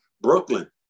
Brooklyn